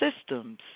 systems